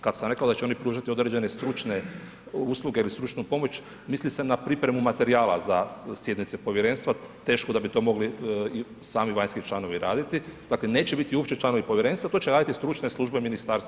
Kad sam rekao da će oni pružati određene stručne usluge ili stručnu pomoć, mislio sam na pripremu materijala za sjednice povjerenstva, teško da bi to mogli i sami vanjski članovi raditi, dakle, neće biti uopće članovi povjerenstva, to će raditi stručne službe MUP-a.